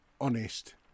honest